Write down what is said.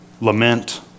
lament